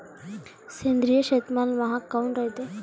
सेंद्रिय शेतीमाल महाग काऊन रायते?